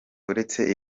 uretse